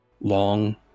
long